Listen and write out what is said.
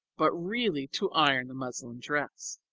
but really to iron the muslin dress.